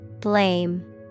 blame